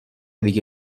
دیگه